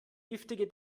giftige